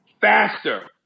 faster